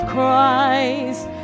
Christ